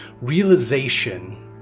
realization